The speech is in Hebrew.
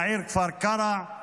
בעיר כפר קרע,